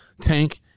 Tank